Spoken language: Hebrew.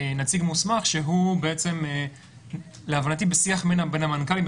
נציג מוסמך שהוא להבנתי משיח בין המנכ"לים,